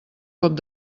cop